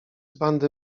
bandy